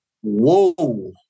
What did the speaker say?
whoa